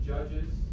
Judges